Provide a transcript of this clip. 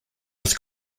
his